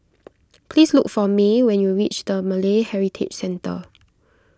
please look for Mai when you reach the Malay Heritage Centre